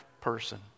person